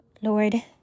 Lord